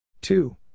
Two